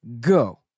go